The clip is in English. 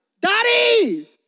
Daddy